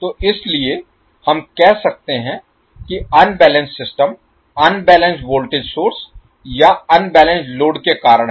तो इसलिए हम कह सकते हैं कि unbalanced system unbalanced voltage source या अनबैलेंस्ड लोड के कारण है